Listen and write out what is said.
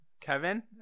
Kevin